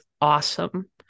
awesome